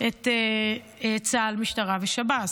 את צה"ל, משטרה ושב"ס.